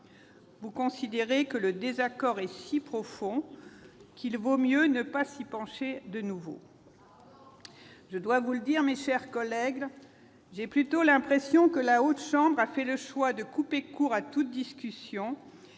vous considérez que le désaccord est si profond qu'il vaut mieux ne pas s'y pencher de nouveau. Je dois vous le dire, mes chers collègues : j'ai plutôt l'impression que la Haute Assemblée a fait le choix de couper court à toute discussion